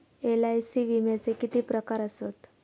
LIC विम्याचे किती प्रकार आसत?